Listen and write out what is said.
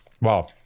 Wow